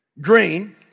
green